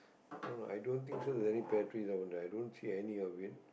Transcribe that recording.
no no i don't think so there is any pear trees down there i don't see any of it